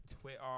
Twitter